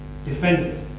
Defended